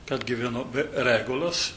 kad gyveno be regulos